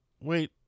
wait